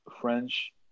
French